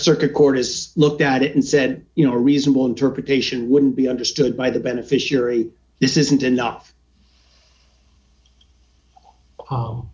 circuit court has looked at it and said you know a reasonable interpretation wouldn't be understood by the beneficiary this isn't enough